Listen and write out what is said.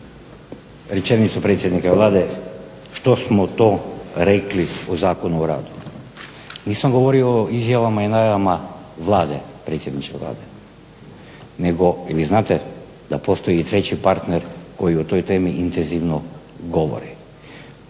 rečenicu predsjednika Vlade što smo to rekli o Zakonu o radu. Nisam govorio o izjavama i najavama Vlade predsjedniče Vlade, nego vi znate da postoji i treći partner koji o tom temi intenzivno govori.